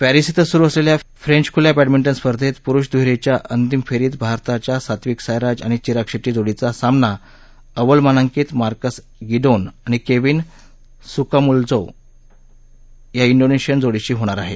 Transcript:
Paris इथं सुरु असलेल्या फ्रेंच खुल्या बॅडमिंटन स्पर्धेत प्रुष द्हेरीच्या अंतिम फेरीत भारताची सात्विक साईराज आणि चिराग शेट्टी जोडीचा सामना अव्वल मानांकित मार्कस गिडोन आणि केविन स्काम्ल्जो जा इंडोनेशियन जोडीशी होणार आहे